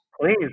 Please